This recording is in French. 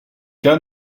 cas